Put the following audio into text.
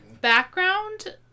background